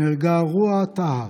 נהרגה רואא טהא,